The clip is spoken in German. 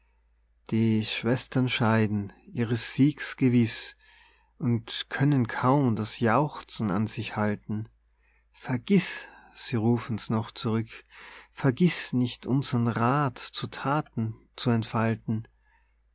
die schwestern scheiden ihres siegs gewiß und können kaum das jauchzen an sich halten vergiß sie rufen's noch zurück vergiß nicht unsern rath zu thaten zu entfalten